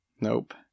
Nope